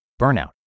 burnout